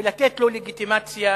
ולתת לו לגיטימציה